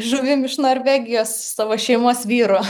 žuvim iš norvegijos savo šeimos vyro